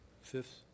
Fifth